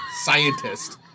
scientist